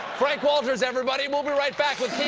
frank walters, everybody! we'll be right back with